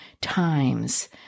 times